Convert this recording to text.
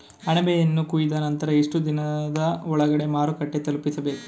ಅಣಬೆಯನ್ನು ಕೊಯ್ದ ನಂತರ ಎಷ್ಟುದಿನದ ಒಳಗಡೆ ಮಾರುಕಟ್ಟೆ ತಲುಪಿಸಬೇಕು?